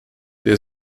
der